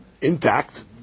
intact